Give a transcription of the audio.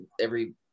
every-